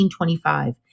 1925